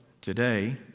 today